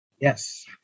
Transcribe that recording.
Yes